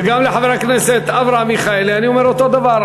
וגם לחבר הכנסת אברהם מיכאלי אני אומר אותו דבר.